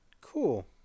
cool